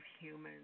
humans